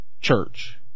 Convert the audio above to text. church